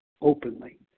openly